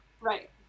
right